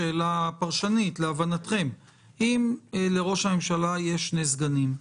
שאלה פרשנית: להבנתכם אם לראש הממשלה יש שני סגנים,